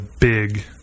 big